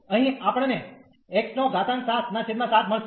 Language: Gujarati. અહીં આપણ ને x 77મળશે